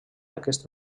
aquests